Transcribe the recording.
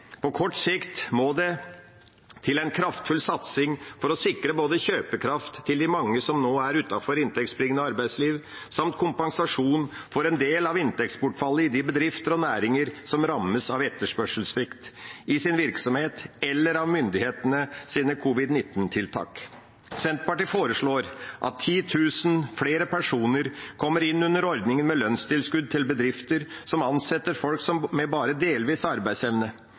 På kort sikt må det til en kraftfull satsing for å sikre både kjøpekraft til de mange som nå er utenfor inntektsbringende arbeidsliv, samt kompensasjon for en del av inntektsbortfallet i de bedrifter og næringer som rammes av etterspørselssvikt i sin virksomhet eller av myndighetenes covid-19-tiltak. Senterpartiet foreslår at 10 000 flere personer kommer inn under ordningen med lønnstilskudd til bedrifter som ansetter folk med bare delvis arbeidsevne.